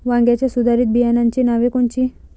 वांग्याच्या सुधारित बियाणांची नावे कोनची?